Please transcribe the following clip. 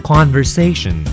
Conversation